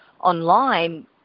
online